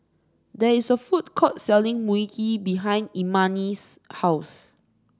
there is a food court selling Mui Kee behind Imani's house